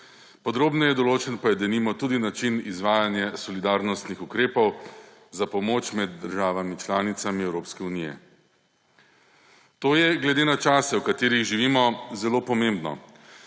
podrobneje določen pa je denimo tudi način izvajanja solidarnostnih ukrepov za pomoč med državami članicami Evropske unije. To je glede na čase, v katerih živimo, zelo pomembno.